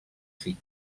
fill